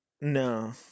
No